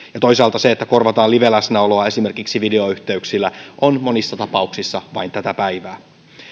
toisaalta se että korvataan live läsnäoloa esimerkiksi videoyhteyksillä on monissa tapauksissa vain tätä päivää